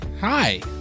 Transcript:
hi